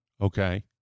okay